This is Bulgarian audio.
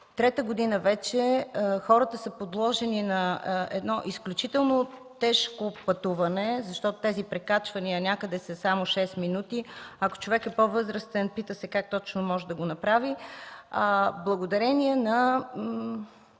трета година вече хората са подложени на едно изключително тежко пътуване, защото тези прекачвания някъде са само шест минути, ако човек е по-възрастен пита се как точно може да го направи, благодарение на